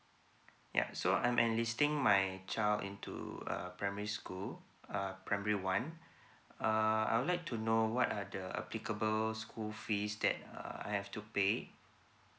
ya so I'm enlisting my child into a primary school uh primary one uh I would like to know what are the applicable school fees that uh I have to pay